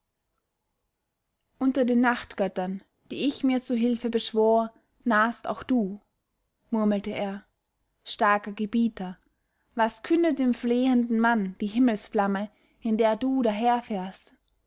unter den nachtgöttern die ich mir zur hilfe beschwor nahst auch du murmelte er starker gebieter was kündet dem flehenden mann die himmelsflamme in der du daherfährst